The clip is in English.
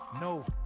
No